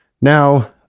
Now